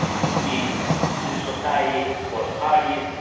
this means civil society or parties,